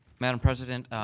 madam president,